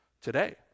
today